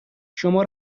شما